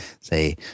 say